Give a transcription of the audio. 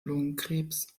lungenkrebs